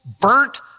burnt